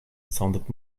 sounded